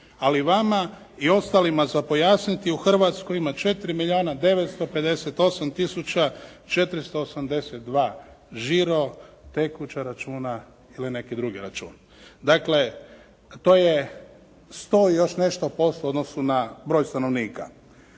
Ali vama i ostalima za pojasniti u Hrvatskoj ima 4 milijuna 958 tisuća 482 žiro, tekuća računa ili neki drugi račun. Dakle to je 100 i još nešto posto u odnosu na broj stanovnika.